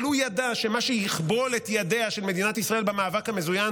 אבל הוא ידע שמה שיכבול את ידיה של מדינת ישראל במאבק המזוין